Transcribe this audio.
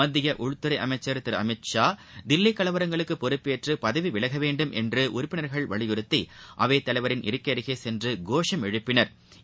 மத்திய உள்துறை அனமச்சா் திரு அமித்ஷா தில்லி கலவரங்களுக்கு பொறுப்பேற்று பதவி விலக வேண்டுமென்று உறுப்பினா்கள் வலியுறுத்தி அவைத்தலைவரின் இருக்கை அருகே சென்று கோஷம் எழுப்பினா்